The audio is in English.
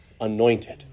anointed